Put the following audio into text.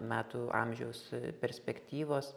metų amžiaus perspektyvos